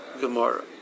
Gemara